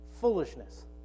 foolishness